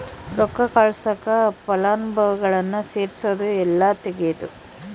ರೊಕ್ಕ ಕಳ್ಸಾಕ ಫಲಾನುಭವಿಗುಳ್ನ ಸೇರ್ಸದು ಇಲ್ಲಾ ತೆಗೇದು